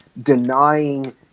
denying